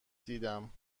دیدم